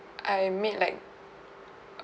I made like